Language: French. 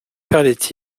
parlait